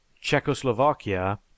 Czechoslovakia